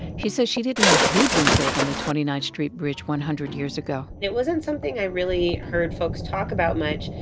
she says she didn't know who'd been killed on the twenty ninth street bridge one hundred years ago it wasn't something i really heard folks talk about much,